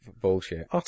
bullshit